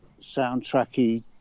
soundtracky